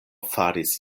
faris